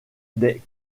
des